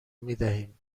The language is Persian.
میدهیم